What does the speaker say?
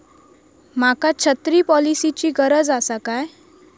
माका छत्री पॉलिसिची गरज आसा काय?